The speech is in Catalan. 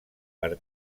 per